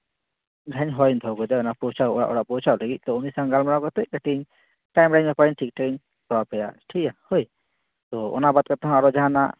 ᱵᱷᱮᱱ ᱦᱚᱲᱤᱧ ᱫᱚᱦᱚᱣ ᱠᱟᱫᱮ ᱚᱲᱟᱜᱼᱚᱲᱟᱜ ᱯᱳᱶᱪᱷᱟᱣ ᱞᱟᱹᱜᱤᱫ ᱛᱚ ᱩᱱᱤ ᱥᱟᱶ ᱜᱟᱞᱢᱟᱨᱟᱣ ᱠᱟᱛᱮ ᱠᱟᱹᱴᱤᱡ ᱴᱟᱭᱤᱢ ᱨᱮᱱᱟᱜ ᱵᱮᱯᱟᱨᱤᱧ ᱠᱚᱨᱟᱣᱟᱯᱮᱭᱟ ᱴᱷᱤᱠᱜᱮᱭᱟ ᱦᱳᱭ ᱛᱚ ᱚᱱᱟ ᱵᱟᱫ ᱠᱟᱛᱮ ᱦᱚᱸ ᱟᱨᱚ ᱡᱟᱦᱟᱱᱟᱜ